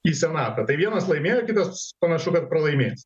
į senatą tai vienas laimėjo kitas panašu kad pralaimės